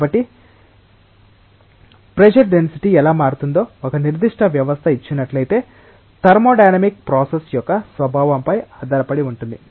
కాబట్టి పీడనంతో డెన్సిటీ ఎలా మారుతుందో ఒక నిర్దిష్ట వ్యవస్థ ఇచ్చినట్లయితే థర్మోడైనమిక్ ప్రక్రియ యొక్క స్వభావంపై ఆధారపడి ఉంటుంది